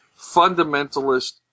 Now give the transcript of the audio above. fundamentalist